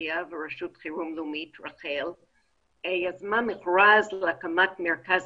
והטכנולוגיה ורח"ל יזמו מרכז להקמת מרכז